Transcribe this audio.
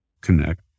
connect